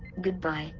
goodbye.